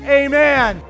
amen